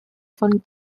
von